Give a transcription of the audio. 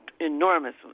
enormous